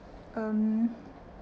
um